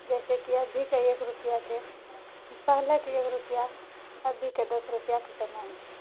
जइसे कि अभीके एक रुपआ छै पहिलेके एक रुपआ अभीके दश रुपआ के समान छै